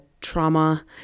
trauma